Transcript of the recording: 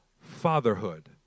fatherhood